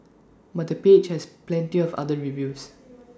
but the page has plenty of other reviews